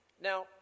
Now